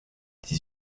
dix